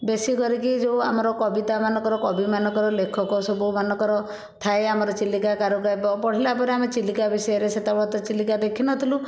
ବେଶି କରିକି ଯେଉଁ ଆମର କବିତାମାନଙ୍କର କବିମାନଙ୍କର ଲେଖକ ସବୁ ମାନଙ୍କର ଥାଏ ଆମର ଚିଲିକା କାରୁକାବ୍ୟ ପଢ଼ିଲା ପରେ ଆମେ ଚିଲିକା ବିଷୟରେ ସେତେବେଳେ ତ ଚିଲିକା ଦେଖିନଥିଲୁ